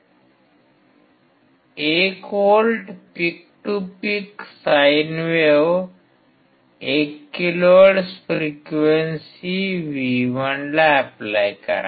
१ volt peak to peak sine wave १ kilohertz frequency V1 ला apply करा